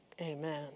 Amen